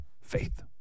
Faith